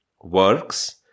works